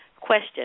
Question